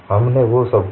हमने वो सब कहा